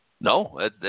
No